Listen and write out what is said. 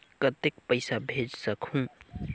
कतेक पइसा भेज सकहुं?